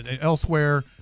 elsewhere